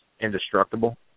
indestructible